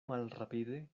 malrapide